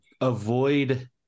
avoid